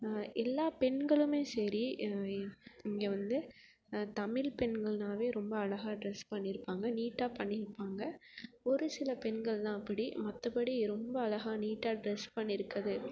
எல்லா பெண்களுமே சரி இங்கே வந்து தமிழ் பெண்கள்னாவே ரொம்ப அழகா ட்ரெஸ் பண்ணியிருப்பாங்க நீட்டாக பண்ணியிருப்பாங்க ஒரு சில பெண்கள் தான் அப்படி மற்றபடி ரொம்ப அழகா நீட்டாக ட்ரெஸ் பண்ணியிருக்கது